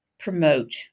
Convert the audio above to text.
Promote